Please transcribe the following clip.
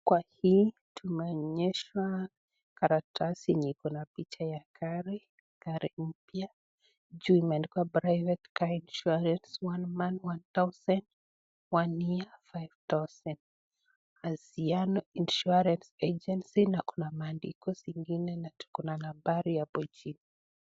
Kwa hii tunaonyeshwa karatasi yenye iko na picha ya gari, gari mpya. Juu imeandikwa private car insurance , one month 1,000 , one year 5,000 . Aziano insurance agency na kuna maandiko zingine na tuko na nambari hapo chini.